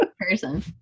person